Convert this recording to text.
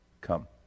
come